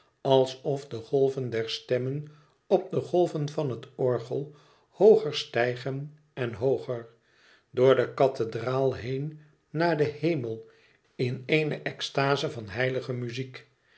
alsof de golven der stemmen op de golven van het orgel hooger stijgen en hooger door de kathedraal heen naar den hemel in éene extaze van heilige muziek